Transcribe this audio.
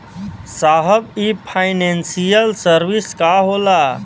साहब इ financial service का होला?